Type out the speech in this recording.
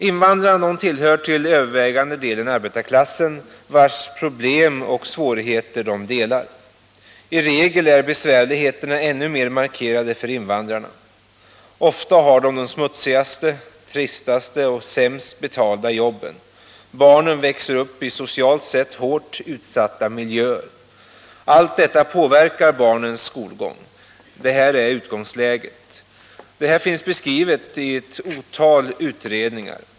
Invandrarna tillhör till övervägande delen arbetarklassen, vars problem och svårigheter de delar. I regel är besvärligheterna ännu mer markerade för invandrarna. De har ofta de smutsigaste, tristaste och sämst betalda jobben. Barnen växer upp i socialt sett hårt utsatta miljöer. Allt detta påverkar barnens skolgång. Detta är utgångsläget, och det är beskrivet i ett otal utredningar.